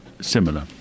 Similar